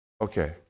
Okay